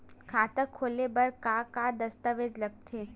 खाता खोले बर का का दस्तावेज लगथे?